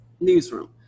newsroom